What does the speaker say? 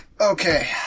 Okay